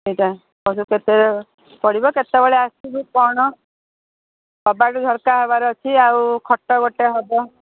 ଏଇଟା ଆଉ ସବୁ କେତେବେଳେ ପଡ଼ିବ କେତବେଳେ ଆସିବୁ କ'ଣ କବାଟ ଝରକା ହେବାର ଅଛି ଆଉ ଖଟ ଗୋଟେ ହେବ